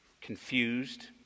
confused